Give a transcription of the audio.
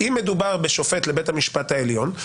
אם מדובר בשופט לבית המשפט העליון,